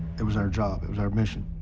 it was our job. it was our mission.